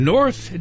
North